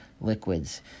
liquids